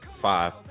five